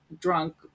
drunk